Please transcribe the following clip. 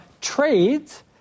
trades